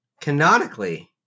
Canonically